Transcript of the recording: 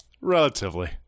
Relatively